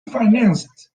financed